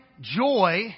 joy